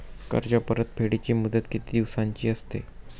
कर्ज परतफेडीची मुदत किती दिवसांची असते?